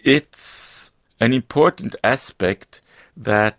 it's an important aspect that